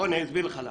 בוא אני אסביר לך למה.